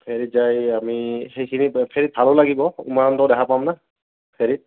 ফেৰীত যাই আমি সেইখিনিত ফেৰীত ভালো লাগিব উমানন্দ দেখা পাম ন ফেৰীত